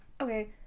Okay